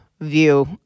view